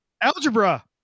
Algebra